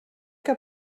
que